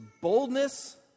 boldness